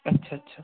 আচ্ছা আচ্ছা